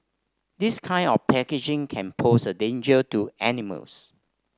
this kind of packaging can pose a danger to animals